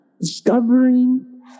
discovering